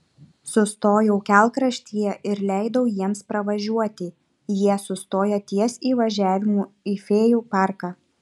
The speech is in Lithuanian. sustojau kelkraštyje ir leidau jiems pravažiuoti jie sustojo ties įvažiavimu į fėjų parką